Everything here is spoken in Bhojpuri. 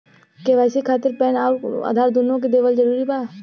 के.वाइ.सी खातिर पैन आउर आधार दुनों देवल जरूरी बा?